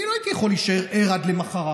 אני לא הייתי יכול להישאר ער עד למוחרת.